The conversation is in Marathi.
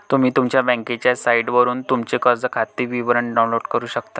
तुम्ही तुमच्या बँकेच्या साइटवरून तुमचे कर्ज खाते विवरण डाउनलोड करू शकता